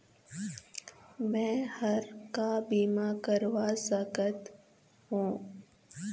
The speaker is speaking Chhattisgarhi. मैं हर का बीमा करवा सकत हो?